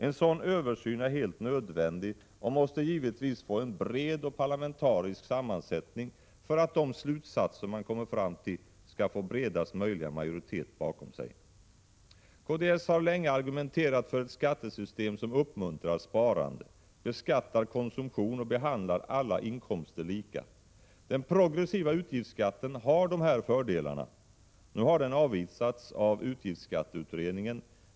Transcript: En sådan översyn är helt nödvändig och måste givetvis få en bred parlamentarisk sammansättning för att de slutsatser man kommer fram till skall få bredaste möjliga majoritet bakom sig. Kds har länge argumenterat för ett skattesystem som uppmuntrar sparande, beskattar konsumtion och behandlar alla inkomster lika. Den progressiva utgiftsskatten har dessa fördelar. Nu har den avvisats av utgiftsskatteutredningen.